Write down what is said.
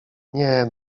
nie